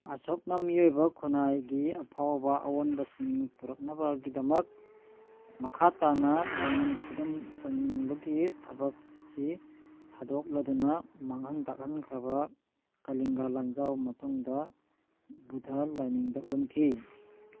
ꯑꯁꯣꯛꯅ ꯃꯤꯑꯣꯏꯕ ꯈꯨꯟꯅꯥꯏꯒꯤ ꯑꯐꯥꯎꯕ ꯑꯔꯣꯅꯕꯁꯤꯡ ꯄꯨꯔꯛꯅꯕꯒꯤꯗꯃꯛ ꯃꯈꯥ ꯇꯥꯅ ꯂꯧꯅꯝ ꯈꯨꯗꯨꯝ ꯆꯟꯕꯒꯤ ꯊꯕꯛꯁꯤ ꯊꯥꯗꯣꯛꯂꯗꯨꯅ ꯃꯥꯡꯍꯟ ꯇꯥꯛꯍꯟꯈ꯭ꯔꯕ ꯀꯥꯂꯤꯡꯒ ꯂꯥꯟꯖꯥꯎ ꯃꯇꯨꯡꯗ ꯚꯨꯙ ꯂꯥꯏꯅꯤꯡꯗ ꯑꯣꯟꯈꯤ